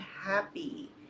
happy